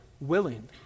Willing